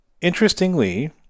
interestingly